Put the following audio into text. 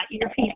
earpiece